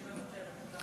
שמוותרת.